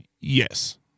Yes